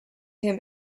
him